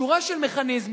שורה של מכניזמים,